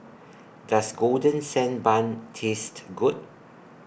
Does Golden Sand Bun Taste Good